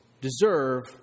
deserve